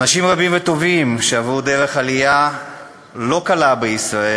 אנשים רבים וטובים שעברו עלייה לא קלה בישראל